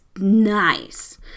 nice